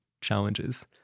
challenges